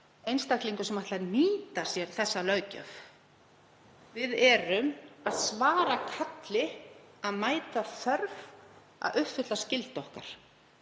einstaklingum sem ætla að nýta sér þessa löggjöf. Við erum að svara kalli, að mæta þörf, að uppfylla skyldu okkar.